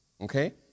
Okay